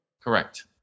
Correct